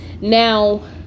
Now